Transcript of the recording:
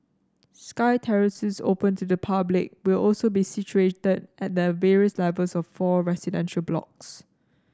sky terraces open to the public will also be situated at the various levels of four residential blocks